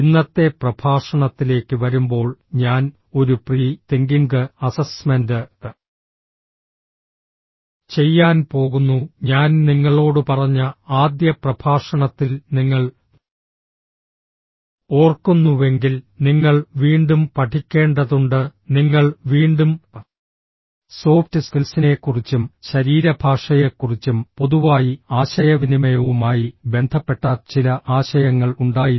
ഇന്നത്തെ പ്രഭാഷണത്തിലേക്ക് വരുമ്പോൾ ഞാൻ ഒരു പ്രീ തിങ്കിംഗ് അസസ്മെന്റ് ചെയ്യാൻ പോകുന്നു ഞാൻ നിങ്ങളോട് പറഞ്ഞ ആദ്യ പ്രഭാഷണത്തിൽ നിങ്ങൾ ഓർക്കുന്നുവെങ്കിൽ നിങ്ങൾ വീണ്ടും പഠിക്കേണ്ടതുണ്ട് നിങ്ങൾ വീണ്ടും സോഫ്റ്റ് സ്കിൽസിനെക്കുറിച്ചും ശരീരഭാഷയെക്കുറിച്ചും പൊതുവായി ആശയവിനിമയവുമായി ബന്ധപ്പെട്ട ചില ആശയങ്ങൾ ഉണ്ടായിരുന്നു